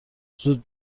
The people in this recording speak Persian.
زود